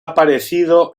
aparecido